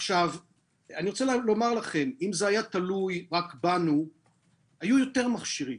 אם זה היה תלוי רק בנו היו יותר מכשירים.